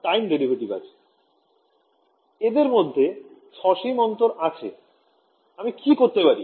এদের মধ্যে সসীম পার্থক্য আছে আমি কি করতে পারি